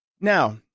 Now